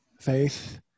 faith